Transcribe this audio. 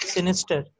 Sinister